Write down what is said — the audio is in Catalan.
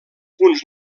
punts